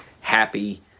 happy